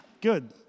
Good